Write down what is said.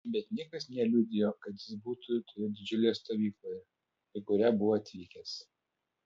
bet niekas neliudijo kad jis būtų toje didžiulėje stovykloje į kurią buvo atvykęs